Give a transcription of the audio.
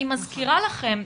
אני מזכירה לכם,